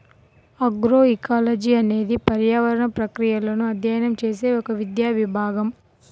agroecology అనేది పర్యావరణ ప్రక్రియలను అధ్యయనం చేసే ఒక విద్యా విభాగం